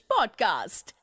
Podcast